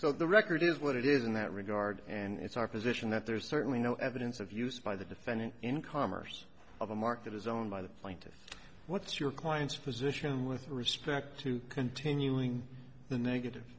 so the record is what it is in that regard and it's our position that there is certainly no evidence of use by the defendant in commerce of a mark of his own by the plaintiff what's your client's position with respect to continuing the negative